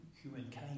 humankind